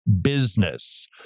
business